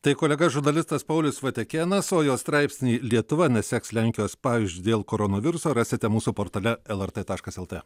tai kolega žurnalistas paulius vatekėnas o jo straipsnį lietuva neseks lenkijos pavyzdžiu dėl koronaviruso rasite mūsų portale lrt tarškas lt